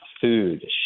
food